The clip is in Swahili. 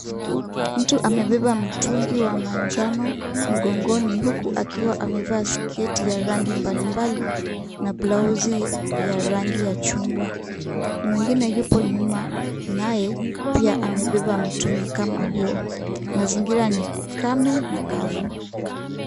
Mtu amebeba mtungi wa manjano mgongoni, huku akiwa amevaa sketi ya rangi mbalimbali na blausi ya rangi ya chungwa. Mwingine yupo nyuma naye pia amebeba mtungi kama huo. Mazingira ni kame na kavu.